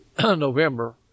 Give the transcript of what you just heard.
November